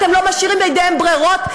אתם לא משאירים בידיהם ברירות.